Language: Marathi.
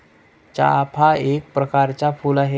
चाफा एक प्रकरच फुल आहे